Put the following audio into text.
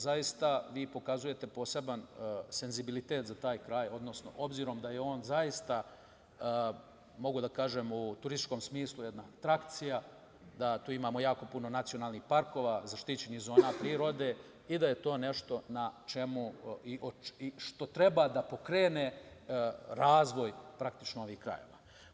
Zaista, vi pokazujete poseban senzibilitet za taj kraj, odnosno, obzirom da je on zaista, mogu da kažem, u turističkom smislu jedna atrakcija, da tu imamo jako puno nacionalnih parkova, zaštićeni zona prirode i da je to nešto što treba da pokrene razvoj ovih krajeva.